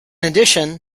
addition